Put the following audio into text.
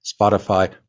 Spotify